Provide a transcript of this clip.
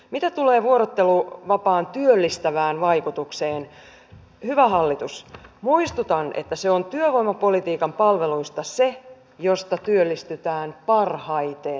mitä tulee vuorotteluvapaan työllistävään vaikutukseen hyvä hallitus muistutan että se on työvoimapolitiikan palveluista se josta työllistytään parhaiten